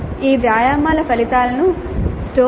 ఈ వ్యాయామాల ఫలితాలను tale